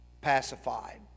pacified